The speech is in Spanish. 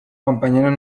compañeros